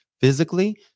physically